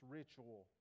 ritual